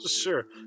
Sure